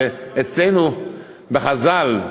ואצלנו חז"ל,